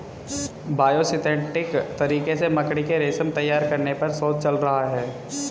biosynthetic तरीके से मकड़ी के रेशम तैयार करने पर शोध चल रहा है